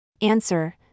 Answer